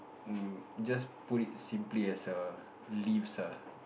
um just put it simply as a leaves ah